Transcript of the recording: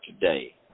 today